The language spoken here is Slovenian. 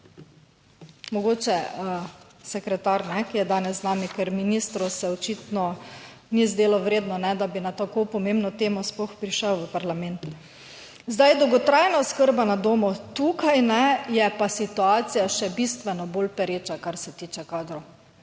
Mogoče sekretar, ki je danes z nami, ker ministru se očitno ni zdelo vredno, da bi na tako pomembno temo sploh prišel v parlament. Dolgotrajna oskrba na domu, tukaj je pa situacija še bistveno bolj pereča, kar se tiče kadrov.